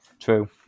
True